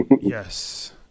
Yes